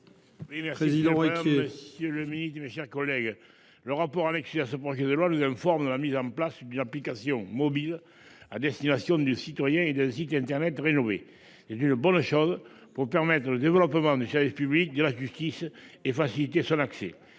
: La parole est à M. Jean-Claude Requier. Le rapport annexé à ce projet de loi nous informe de la mise en place d'une application mobile à destination du citoyen et d'un site internet rénové. C'est une bonne chose pour permettre le développement du service public de la justice et faciliter son accès.